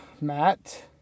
Matt